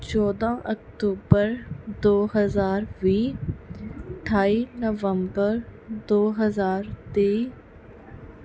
ਚੌਦਾਂ ਅਕਤੂਬਰ ਦੋ ਹਜ਼ਾਰ ਵੀਹ ਅਠਾਈ ਨਵੰਬਰ ਦੋ ਹਜ਼ਾਰ ਤੇਈ